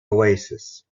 oasis